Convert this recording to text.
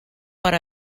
per